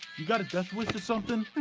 you got a death wish or something?